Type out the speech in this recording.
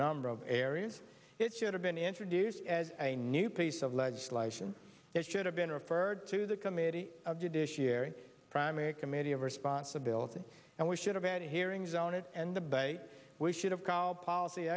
number of areas it should have been introduced as a new piece of legislation that should have been referred to the committee of judiciary primary committee of responsibility and we should have had hearings on it and by we should have called policy